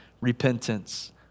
repentance